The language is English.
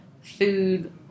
food